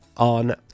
on